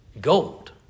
gold